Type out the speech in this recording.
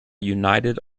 united